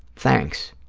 thanks.